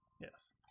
Yes